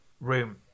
room